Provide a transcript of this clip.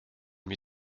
mir